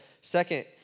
Second